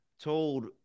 told